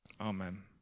Amen